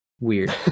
Weird